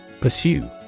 Pursue